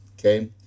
okay